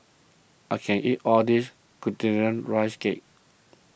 I can't eat all this Glutinous Rice Cake